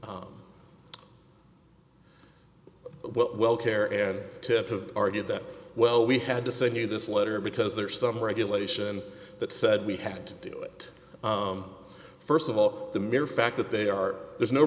well care and tip of argued that well we had to send you this letter because there are some regulation that said we had to do it first of all the mere fact that they are there's no